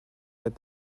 let